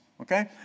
okay